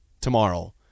tomorrow